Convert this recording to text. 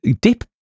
dip